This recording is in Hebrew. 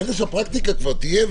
ברגע שהפרקטיקה כבר תהיה,